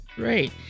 great